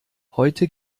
heute